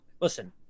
Listen